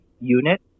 unit